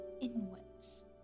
inwards